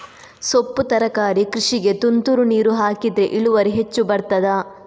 ಸೊಪ್ಪು ತರಕಾರಿ ಕೃಷಿಗೆ ತುಂತುರು ನೀರು ಹಾಕಿದ್ರೆ ಇಳುವರಿ ಹೆಚ್ಚು ಬರ್ತದ?